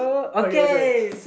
okay it's right